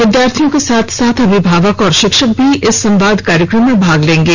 विद्यार्थियों के साथ साथ अभिभावक और शिक्षक भी इस संवाद कार्यक्रम में भाग लेंगे